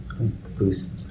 Boost